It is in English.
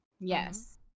Yes